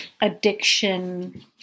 addiction